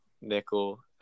nickel